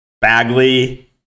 Bagley